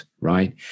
right